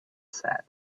said